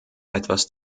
etwas